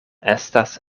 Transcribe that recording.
estas